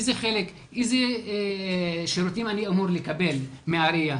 איזה שירותים אני אמור לקבל מהעירייה?